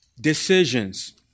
decisions